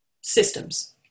systems